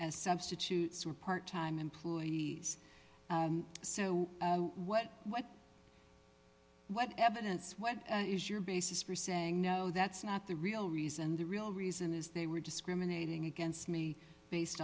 as substitutes who are part time employees so what what what evidence what is your basis for saying no that's not the real reason the real reason is they were discriminating against me based